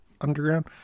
underground